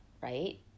right